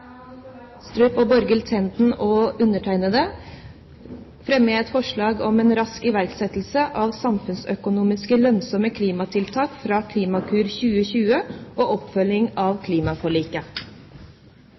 Nikolai Astrup, Borghild Tenden og meg selv vil jeg fremme forslag om rask iverksettelse av samfunnsøkonomisk lønnsomme klimatiltak fra Klimakur 2020 og oppfølging av